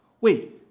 wait